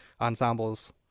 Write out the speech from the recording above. ensembles